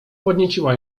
podnieciła